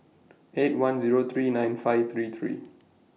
eight one Zero three nine five three three